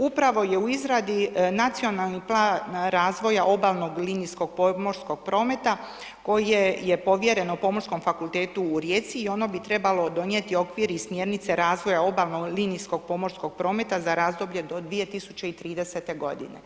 Upravo je u izradi nacionalni plan razvoja obalnog linijskog pomorskog prometa, koje je povjereno Pomorskom fakultetu u Rijeci i ono bi trebalo donijeti okvir i smjernice razvoja obalno linijskog pomorskog prometa za razdoblje do 2030. godine.